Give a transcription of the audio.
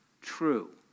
true